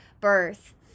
birth